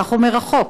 כך אומר החוק.